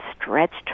stretched